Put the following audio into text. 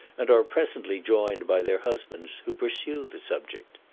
and are presently joined by their husbands, who pursue the subject.